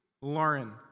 Lauren